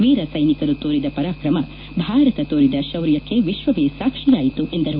ವೀರ ಸೈನಿಕರು ತೋರಿದ ಪರಾಕ್ರಮ ಭಾರತ ತೋರಿದ ಶೌರ್ಯಕ್ಕೆ ವಿಶ್ವವೇ ಸಾಕ್ವಿಯಾಯಿತು ಎಂದರು